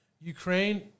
Ukraine